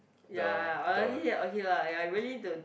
ya honestly okay lah ya I willing to